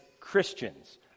Christians